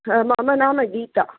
मम नाम गीता